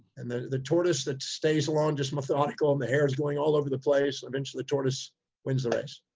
and the the tortoise that stays along just methodical and the hare's going all over the place eventually the tortoise wins the race.